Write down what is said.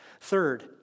Third